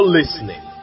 listening